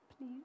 please